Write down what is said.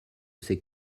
ces